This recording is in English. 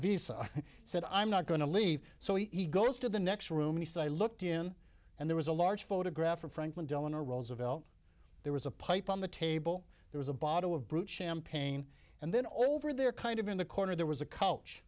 said i'm not going to leave so he goes to the next room and i looked in and there was a large photograph of franklin delano roosevelt there was a pipe on the table there was a bottle of brut champagne and then over there kind of in the corner there was a coach